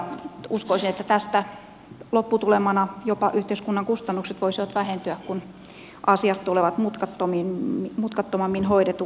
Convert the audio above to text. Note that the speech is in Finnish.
uskoisin että tästä lopputulemana jopa yhteiskunnan kustannukset voisivat vähentyä kun asiat tulisivat mutkattomammin hoidetuiksi